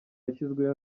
yashyizweho